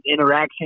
interaction